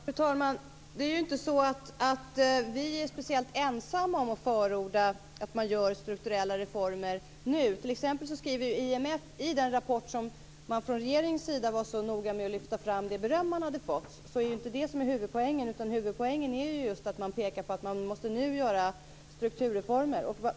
Fru talman! Det är inte så att vi är speciellt ensamma om att förorda att vi skall göra strukturella reformer nu. IMF skriver t.ex. om det i en rapport. Regeringen var så noga med att lyfta fram det beröm den fick där, men det är inte det som är huvudpoängen. Huvudpoängen är just att man pekar på att vi nu måste göra strukturreformer.